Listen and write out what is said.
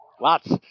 lots